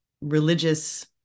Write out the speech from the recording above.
religious